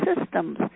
systems